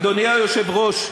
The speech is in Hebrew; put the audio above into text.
אדוני, אדוני היושב-ראש,